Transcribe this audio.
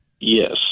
yes